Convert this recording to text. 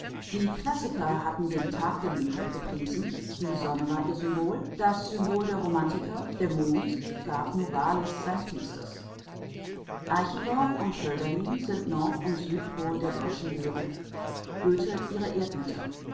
die klassiker hatten den tag geliebt und gepriesen die sonne war ihr symbol das symbol der romantiker der mond gab novalis sein tiefstes eichendorff und hölderlin sind nord und südpol der deutschen lyrik goethe ihre